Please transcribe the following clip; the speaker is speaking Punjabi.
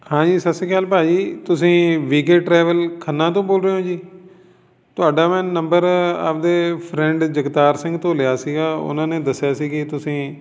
ਹਾਂਜੀ ਸਤਿ ਸ਼੍ਰੀ ਅਕਾਲ ਭਾਅ ਜੀ ਤੁਸੀਂ ਵੀ ਕੇ ਟਰੈਵਲ ਖੰਨਾ ਤੋਂ ਬੋਲ ਰਹੇ ਹੋ ਜੀ ਤੁਹਾਡਾ ਮੈਂ ਨੰਬਰ ਆਪਣੇ ਫਰੈਂਡ ਜਗਤਾਰ ਸਿੰਘ ਤੋਂ ਲਿਆ ਸੀਗਾ ਉਹਨਾਂ ਨੇ ਦੱਸਿਆ ਸੀ ਕਿ ਤੁਸੀਂ